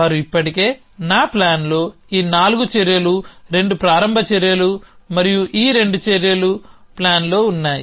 వారు ఇప్పటికే నా ప్లాన్లో ఈ నాలుగు చర్యలు రెండు ప్రారంభ చర్యలు మరియు ఈ రెండు చర్యలు ప్లాన్లో ఉన్నాయి